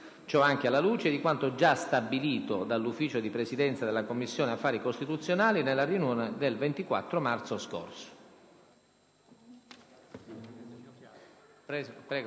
Ciò anche alla luce di quanto già stabilito dall'Ufficio di Presidenza della Commissione affari costituzionali nella riunione del 24 marzo scorso.